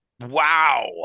Wow